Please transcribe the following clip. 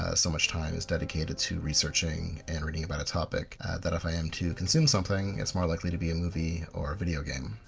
ah so much time is dedicated to researching and reading about a topic that if i am to consume something, its more likely to be a movie or a game.